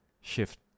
shift